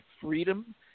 freedom